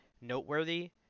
noteworthy